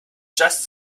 just